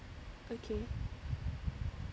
okay